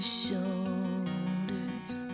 shoulders